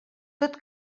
tot